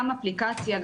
גם אפליקציה,